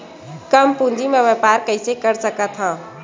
कम पूंजी म व्यापार कइसे कर सकत हव?